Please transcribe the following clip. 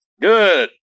Good